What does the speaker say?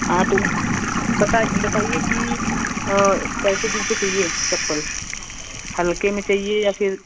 हाँ तो बता बताइए कि कैसे जूते चाहिए चप्पल हल्के में चहिए या फिर